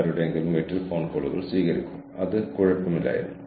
അവർക്ക് എന്തെങ്കിലും ബോധമില്ലെങ്കിൽ അവർ അത് എങ്ങനെ ഉപയോഗിക്കും